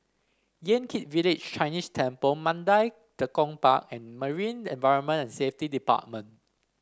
Yan Kit Village Chinese Temple Mandai Tekong Park and Marine Environment and Safety Department